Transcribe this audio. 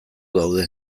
daude